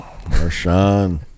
Marshawn